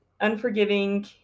unforgiving